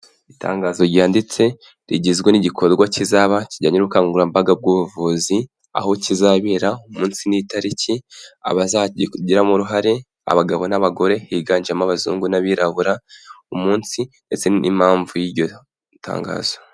Itangazo ryanditse, rigizwe n'igikorwa kizaba kijyanye n'ubukangurambaga bw'ubuvuzi, aho kizabera, umunsi n'itariki, abazakigiramo uruhare, abagabo n'abagore, higanjemo abazungu n'abirabura, umunsi ndetse n'impamvu y'iryo tangazo.